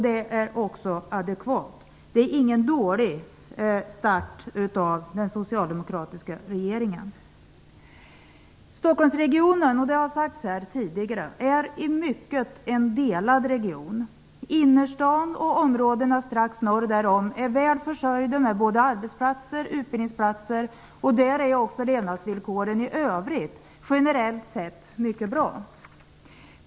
Det är också adekvat. Det är ingen dålig start av den socialdemokratiska regeringen. Stockholmsregionen är i mycket en delad region. Det har sagts här tidigare. Innerstaden och områdena strax norr därom är väl försörjda med både arbetsplatser och utbildningsplatser, och där är också levnadsvillkoren i övrigt generellt sett mycket bra.